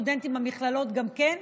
לסטודנטים במכללות גם כן,